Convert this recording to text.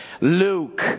Luke